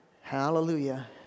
Hallelujah